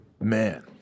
Man